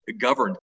governed